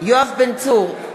יואב בן צור,